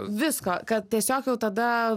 visko kad tiesiog jau tada